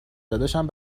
داداشم